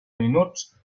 minuts